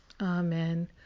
Amen